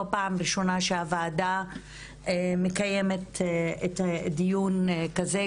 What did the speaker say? הפעם הראשונה שהוועדה מקיימת דיון כזה,